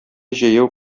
җәяү